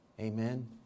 Amen